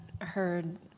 heard